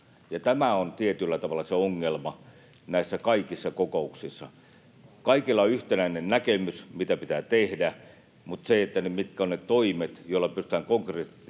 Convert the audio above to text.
tämä on tietyllä tavalla se ongelma näissä kaikissa kokouksissa. Kaikilla on yhtenäinen näkemys siitä, mitä pitää tehdä, mutta se, mitkä ovat ne toimet, joilla pystytään konkreettisesti